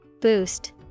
Boost